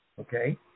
Okay